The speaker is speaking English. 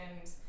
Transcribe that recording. and-